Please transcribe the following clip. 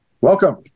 Welcome